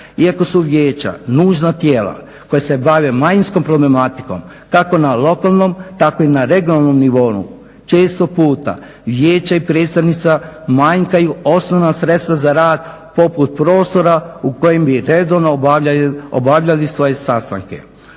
Iako su vijeća nužna tijela koja se bave manjinskom problematikom kako na lokalnom tako i na regionalnom nivou, često puta vijeće i predstavnika manjkaju osnovna sredstva za rad poput prostora u kojem bi redovno obavljali svoje sastanke,